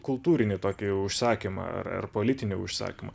kultūrinį tokį užsakymą ar politinį užsakymą